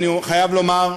אני חייב לומר,